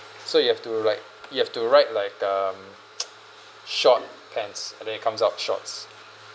so you have to like you have to write like um short pants and then it comes out shorts